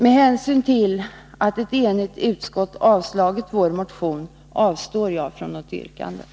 Med hänsyn till att ett enigt utskott avstyrkt vår motion avstår jag från något yrkande.